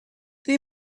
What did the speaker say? they